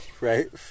Right